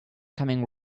coming